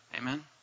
Amen